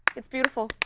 it's beautiful.